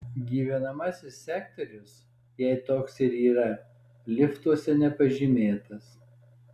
gyvenamasis sektorius jei toks ir yra liftuose nepažymėtas